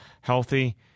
healthy